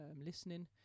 listening